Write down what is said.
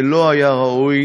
ולא היה ראוי